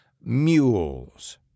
mules